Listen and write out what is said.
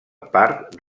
part